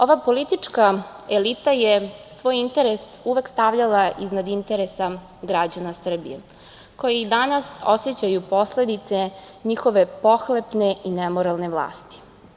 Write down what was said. Ova politička elita je svoj interes uvek stavljala iznad interesa građana Srbije, koji i danas osećaju posledice njihove pohlepne i nemoralne vlasti.